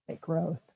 growth